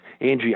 angie